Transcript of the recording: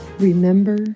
Remember